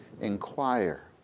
inquire